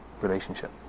relationship